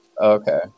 Okay